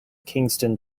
kingston